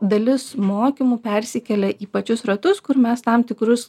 dalis mokymų persikelia į pačius ratus kur mes tam tikrus